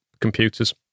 computers